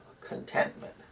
contentment